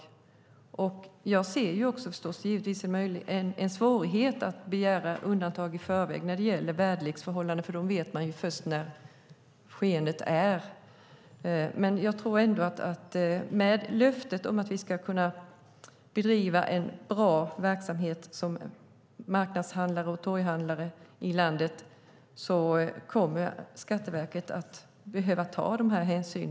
Jag ser givetvis svårigheten med att begära undantag i förväg när det gäller väderleksförhållanden, för dem vet man först i själva skeendet. Men med vårt löfte om att det ska gå att bedriva en bra verksamhet som torg och marknadshandlare i landet kommer Skatteverket att behöva ta dessa hänsyn.